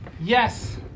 Yes